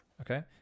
okay